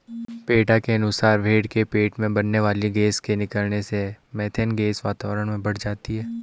PETA के अनुसार भेंड़ के पेट में बनने वाली गैस के निकलने से मिथेन गैस वातावरण में बढ़ जाती है